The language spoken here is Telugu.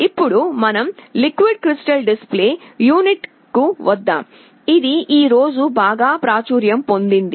ఇప్పుడు మనం లిక్విడ్ క్రిస్టల్ డిస్ప్లే యూనిట్ కు వద్దాం ఇది ఈ రోజు బాగా ప్రాచుర్యం పొందింది